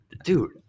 dude